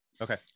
Okay